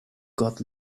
got